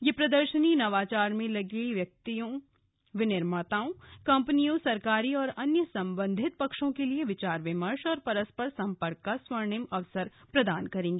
यह प्रदर्शनी नवाचार में लगे व्यक्तियों विनिर्माताओं कम्पनियों सरकारी और अन्य संबंधित पक्षों के लिए विचार विमर्श और परस्पर सम्पर्क का स्वर्णिम अवसर प्रदान करेगी